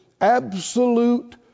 absolute